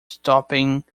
stopping